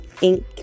ink